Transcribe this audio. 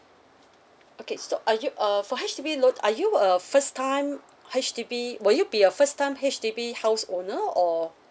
okay so are you uh for H_D_B loan are you a first time H_D_B will you be a first time H_D_B house owner or